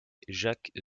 jacques